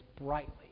brightly